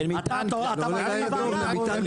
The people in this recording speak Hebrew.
אתה מדבר על בוקר טוב.